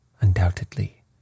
undoubtedly